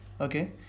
okay